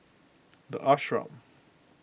the Ashram